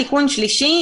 התיקון השלישי